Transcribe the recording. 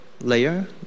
layer